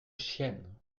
chiennes